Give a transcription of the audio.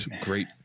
great